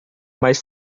mas